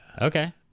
Okay